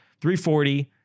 340